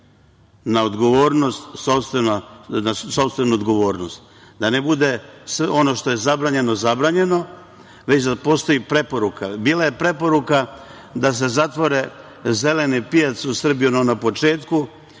odgovornost? Da ne bude ono što je zabranjeno je zabranjeno, već da postoji preporuka. Bila je preporuka da se zatvori zeleni pijac u Srbiji na početku.